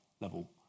level